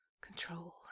Control